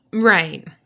Right